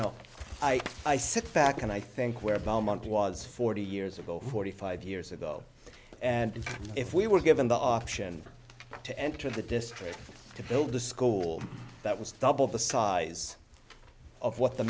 know i i sit back and i think where belmont was forty years ago forty five years ago and if we were given the option to enter the district to build the school that was double the size of what the